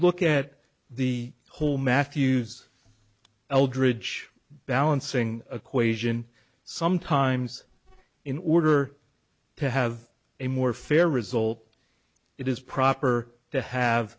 look at the whole matthews eldridge balancing equation sometimes in order to have a more fair result it is proper to have